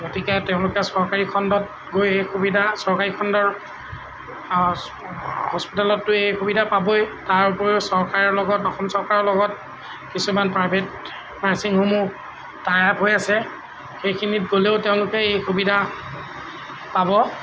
গতিকে তেওঁলোকে চৰকাৰী খণ্ডত গৈ এই সুবিধা চৰকাৰী খণ্ডৰ হস্পিতালততো এই সুবিধা পাবই তাৰ উপৰিও চৰকাৰৰ লগত অসম চৰকাৰৰ লগত কিছুমান প্ৰাইভেট নাৰ্ছিং হোমো টাই আপ হৈ আছে সেইখিনিত গ'লেও তেওঁলোকে এই সুবিধা পাব